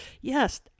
yes